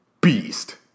Beast